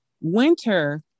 winter